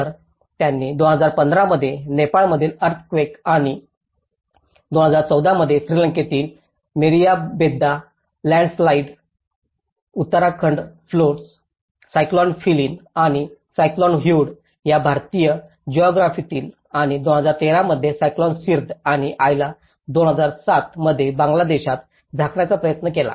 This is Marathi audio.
तर त्यांनी 2015 मध्ये नेपाळ मधील अर्थक्वेक आणि 2014 मध्ये श्रीलंकेतील Meeriyabedda landslide Uttarakhand floods cyclone Phailin आणि सायक्लोन ह्युड या भारतीय जओग्राफयतील आणि 2013 मध्ये सायक्लोन सिद्र आणि आयला 2007 मध्ये बांगलादेशात झाकण्याचा प्रयत्न केला